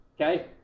Okay